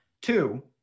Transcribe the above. Two